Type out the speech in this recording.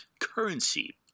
currency